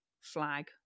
flag